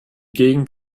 gegend